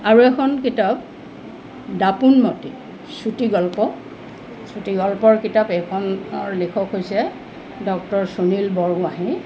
আৰু এখন কিতাপ দাপোনমতি চুটিগল্প চুটিগল্পৰ কিতাপ এইখনৰ লেখক হৈছে ডক্টৰ সুনিল বৰগোহাঁঞি